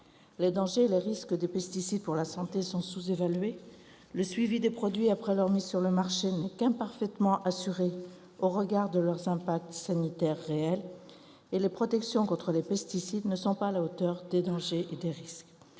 les dangers et les risques des pesticides pour la santé sont sous-évalués ; le suivi des produits après leur mise sur le marché n'est qu'imparfaitement assuré au regard de leurs impacts sanitaires réels ; les protections contre les pesticides ne sont pas à la hauteur des dangers et des risques